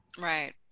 Right